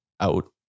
out